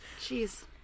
Jeez